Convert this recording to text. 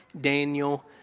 Daniel